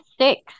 Six